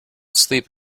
sleep